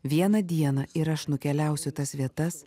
vieną dieną ir aš nukeliausiu į tas vietas